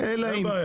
אין בעיה.